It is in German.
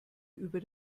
über